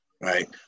right